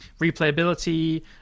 replayability